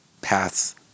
paths